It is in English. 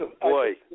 Boy